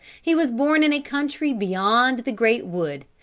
he was born in a country beyond the great wood,